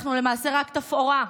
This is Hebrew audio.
אנחנו למעשה רק תפאורה,